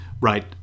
right